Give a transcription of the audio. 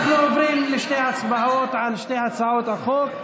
אנחנו עוברים לשתי הצבעות על שתי הצעות החוק.